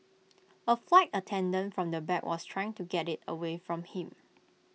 A flight attendant from the back was trying to get IT away from him